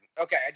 okay